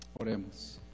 Oremos